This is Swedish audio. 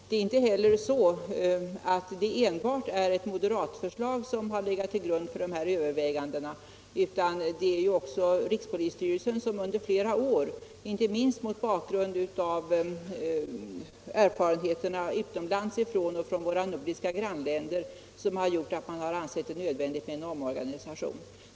Det är inte heller bara ett moderat förslag som har legat till grund för övervägandena. Rikspolisstyrelsen har under flera år, inte minst mot bakgrund av erfarenheterna utifrån och från våra nordiska grannländer, ansett det nödvändigt med en omorganisation.